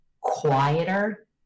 quieter